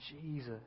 Jesus